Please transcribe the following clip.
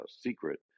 secret